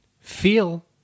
feel